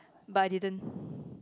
but I didn't